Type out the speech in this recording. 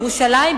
בירושלים,